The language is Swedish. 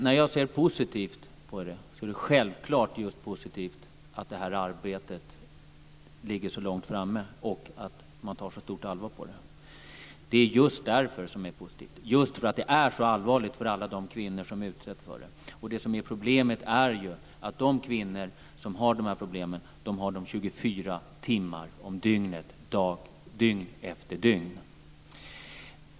När jag ser positivt på detta är det självklart just positivt att detta arbete ligger så långt framme och att man tar det på så stort allvar. Det är just därför som det är positivt, just därför att det är så allvarligt för alla de kvinnor som utsätts för det. Och det som är problemet är ju att de kvinnor som har dessa problem har dem 24 timmar om dygnet dygn efter dygn.